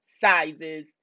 sizes